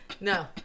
No